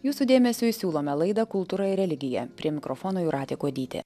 jūsų dėmesiui siūlome laidą kultūra ir religija prie mikrofono jūratė kuodytė